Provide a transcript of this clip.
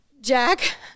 Jack